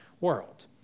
world